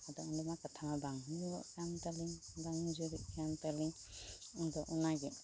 ᱟᱫᱚ ᱚᱱᱟ ᱢᱟ ᱠᱷᱟᱛᱷᱟ ᱢᱟ ᱵᱟᱝ ᱦᱩᱭᱩᱜᱚᱜ ᱠᱟᱱ ᱛᱟᱹᱞᱤᱧ ᱵᱟᱝ ᱡᱩᱨᱤᱜ ᱠᱟᱱ ᱛᱟᱹᱞᱤᱧ ᱟᱫᱚ ᱚᱱᱟ ᱜᱮ